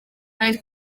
kandi